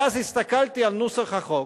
ואז הסתכלתי על נוסח החוק,